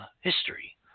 history